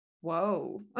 Whoa